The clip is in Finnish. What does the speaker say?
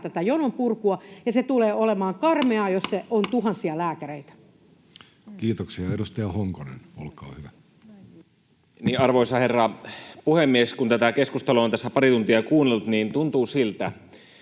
tätä jonon purkua, ja se tulee olemaan karmeaa, jos se on tuhansia lääkäreitä. Kiitoksia. — Edustaja Honkonen, olkaa hyvä. Arvoisa herra puhemies! Kun tätä keskustelua on tässä pari tuntia kuunnellut, niin tuntuu siltä,